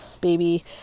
baby